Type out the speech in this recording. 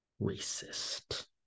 racist